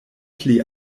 pli